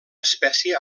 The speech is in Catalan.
espècie